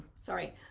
sorry